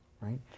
right